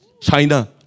China